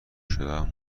شدم